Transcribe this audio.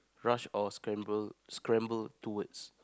rush or scramble scramble towards